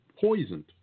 poisoned